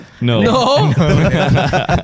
no